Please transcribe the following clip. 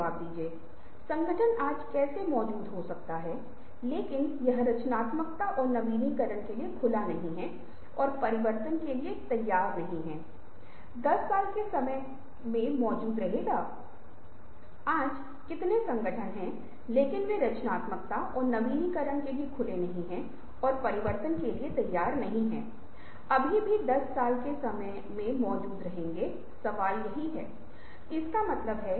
अब आप देखते हैं कि यदि आप पिछले सत्र में याद करते हैं तो हमने इस तथ्य के बारे में बात की थी कि जब आप नए चैनल तलाशना शुरू करते हैं जब आप नई संभावनाओं की खोज करना शुरू करते हैं जब आप किसी चीज को समाधान प्राप्त किये जाने पर भी करते है यह केवल तभी है कि बहुत कुछ नया आने की संभावना है जिसे आपने नहीं देखा है